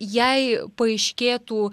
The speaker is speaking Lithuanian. jei paaiškėtų